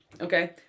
okay